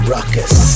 Ruckus